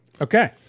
Okay